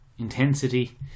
Intensity